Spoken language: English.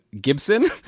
Gibson